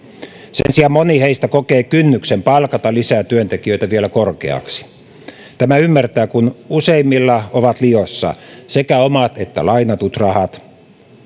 sen sijaan moni heistä kokee kynnyksen palkata lisää työntekijöitä vielä korkeaksi tämän ymmärtää kun useimmilla ovat liossa sekä omat että lainatut rahat